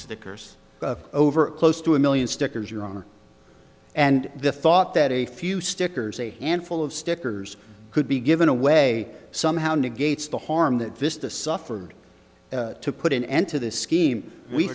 stickers over close to a million stickers your honor and the thought that a few stickers a handful of stickers could be given away somehow negates the harm that vista suffered to put an end to this scheme we